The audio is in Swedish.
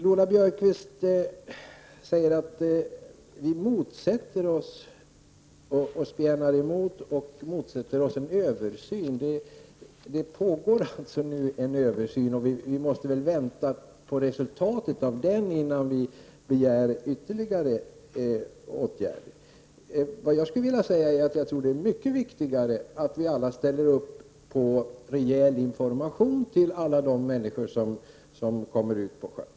Lola Björkquist sade att vi moderater spjärnar emot och motsätter oss en översyn. En översyn pågår just nu, och vi måste väl vänta på resultatet av den innan vi begär ytterligare åtgärder. Jag tror att det är mycket viktigare att vi alla ställer upp bakom kravet på rejäl information till alla dem som kommer ut på sjön.